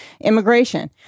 immigration